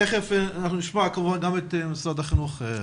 תיכף אנחנו נשמע כמובן גם את משרד החינוך.